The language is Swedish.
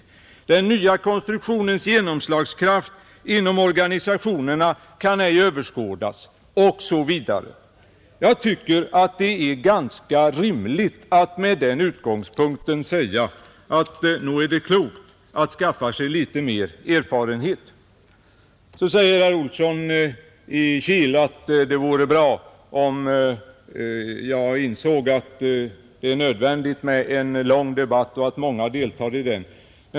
4, Den nya konstruktionens genomslagskraft inom organisationerna kan ej överskådas.” Jag tycker att det är ganska rimligt att med den utgångspunkten säga att nog är det klokt att skaffa sig litet mer erfarenhet. Så säger herr Olsson i Kil att det vore bra om jag insåg att det är nödvändigt med en lång debatt och att många deltar i den.